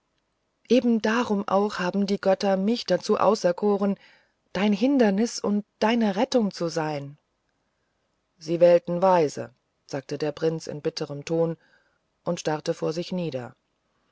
eben darum auch haben die götter mich dazu erkoren dein hindernis und deine rettung zu sein sie wählten weise sagte der prinz in bitterem ton und starrte vor sich nieder